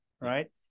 right